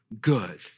good